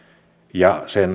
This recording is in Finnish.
ja sen